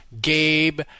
Gabe